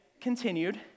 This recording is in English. continued